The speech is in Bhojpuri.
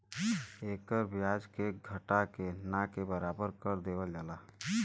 एकर ब्याज के घटा के ना के बराबर कर देवल जाला